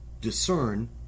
discern